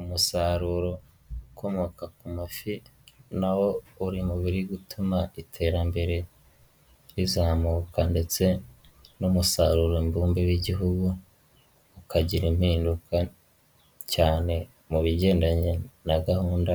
Umusaruro ukomoka ku mafi nawo uri mu biri gutuma iterambere rizamuka ndetse n'umusaruro mbumbe w'Igihugu ukagira impinduka, cyane mu bigendanye na gahunda